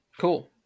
Cool